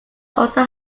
also